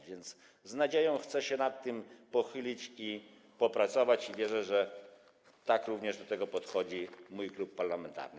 A więc z nadzieją chcę się nad tym pochylić i popracować i wierzę, że tak również do tego podchodzi mój klub parlamentarny.